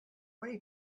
many